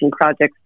projects